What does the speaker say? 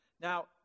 now